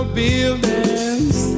buildings